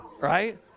right